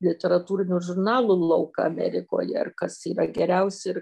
literatūrinių žurnalų lauką amerikoje ir kas yra geriausi ir